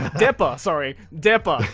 depper, sorry. depper.